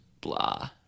blah